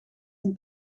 een